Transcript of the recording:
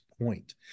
point